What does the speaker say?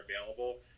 available